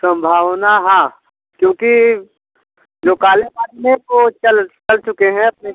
संभावना हाँ क्योंकि जो काले बादल है वो चल चल चुके हैं